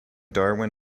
darwin